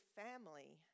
family